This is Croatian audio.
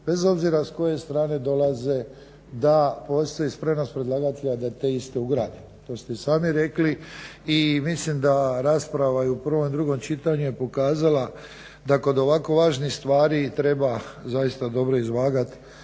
bez obzira s koje strane dolaze da postoji spremnost predlagatelja da te iste ugradi. To ste i sami rekli. I mislim da rasprava i u prvom i u drugom čitanju je pokazala da kod ovako važnih stvari treba zaista dobro izvagati